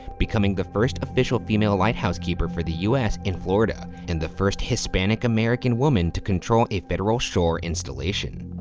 becoming the first official female lighthouse keeper for the us in florida and the first hispanic-american woman to control a federal shore installation.